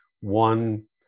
one